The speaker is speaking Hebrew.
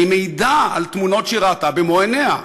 והיא מעידה על תמונות שהיא ראתה במו עיניה.